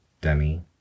dummy